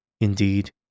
Indeed